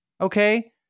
Okay